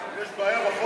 אבל יש בעיה בחוק,